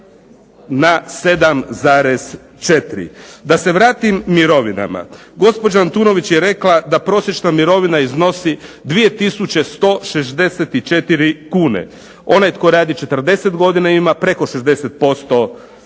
na 7,4. Da se vratim mirovinama. Gospođa Antunović je rekla da prosječna mirovina iznosi 2164 kune. Onaj tko radi 40 godina ima preko 60% u